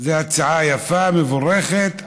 זו הצעה יפה ומבורכת,